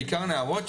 בעיקר נערות,